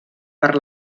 per